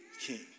king